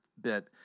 bit